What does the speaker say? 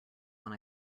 when